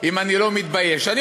אם אני לא מתבייש, לא צרחתי עליך.